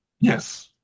Yes